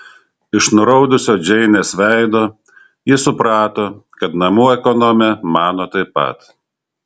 iš nuraudusio džeinės veido ji suprato kad namų ekonomė mano taip pat